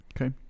Okay